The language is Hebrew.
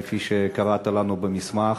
כפי שקראת לנו במסמך,